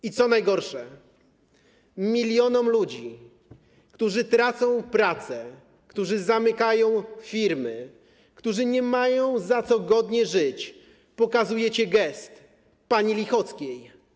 I co najgorsze, milionom ludzi, którzy tracą pracę, którzy zamykają firmy, którzy nie mają za co godnie żyć, pokazujecie gest pani Lichockiej.